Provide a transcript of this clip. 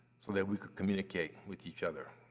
so that we could communicate with each other.